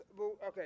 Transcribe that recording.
Okay